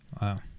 Wow